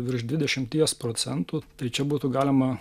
virš dvidešimties procentų tai čia būtų galima